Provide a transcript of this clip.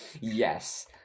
yes